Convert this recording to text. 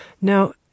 Now